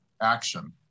action